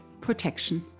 protection